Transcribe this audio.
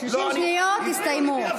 30 שניות הסתיימו.